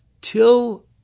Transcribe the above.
till